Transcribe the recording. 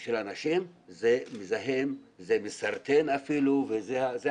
של אנשים זה מזהם, זה אפילו מסרטן וצריך